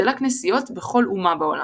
שלה כנסיות בכל אומה בעולם.